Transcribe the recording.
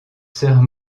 sœurs